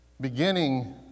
Beginning